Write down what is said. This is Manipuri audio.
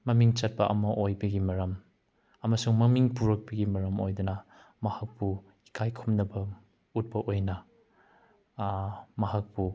ꯃꯃꯤꯡ ꯆꯠꯄ ꯑꯃ ꯑꯣꯏꯕꯒꯤ ꯃꯔꯝ ꯑꯃꯁꯨꯡ ꯃꯃꯤꯡ ꯄꯨꯔꯛꯄꯒꯤ ꯃꯔꯝ ꯑꯣꯏꯗꯅ ꯃꯍꯥꯛꯄꯨ ꯏꯀꯥꯏ ꯈꯨꯝꯅꯕ ꯎꯠꯄ ꯑꯣꯏꯅ ꯃꯍꯥꯛꯄꯨ